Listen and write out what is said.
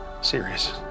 serious